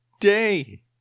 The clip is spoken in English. day